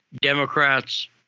Democrats